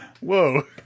whoa